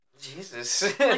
jesus